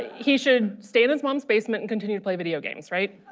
he should stay in his mom's basement and continue to play video games, right?